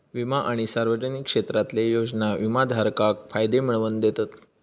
विमा आणि सार्वजनिक क्षेत्रातले योजना विमाधारकाक फायदे मिळवन दितत